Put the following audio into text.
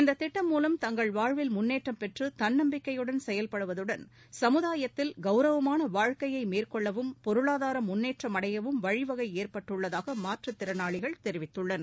இந்த திட்டம் மூலம் தங்கள் வாழ்வில் முன்னேற்றம் பெற்று தன்னம்பிக்கையுடன் செயல்படுவதுடன் சமுதாயத்தில் கவுரவமான வாழ்க்கையை மேற்கொள்ளவும் பொருளாதார முன்னேற்றமடையவும் வழிவகை ஏற்பட்டுள்ளதாக மாற்றுத் திறனாளிகள் தெரிவித்துள்ளனர்